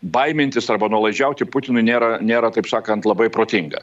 baimintis arba nuolaidžiauti putinui nėra nėra kaip sakant labai protinga